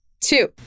two